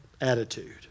attitude